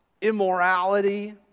immorality